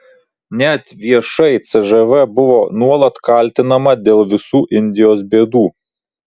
net viešai cžv buvo nuolat kaltinama dėl visų indijos bėdų